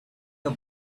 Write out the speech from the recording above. the